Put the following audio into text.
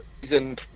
season